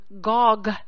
Gog